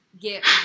get